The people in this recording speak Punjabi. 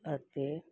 ਅਤੇ